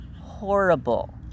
horrible